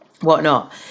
whatnot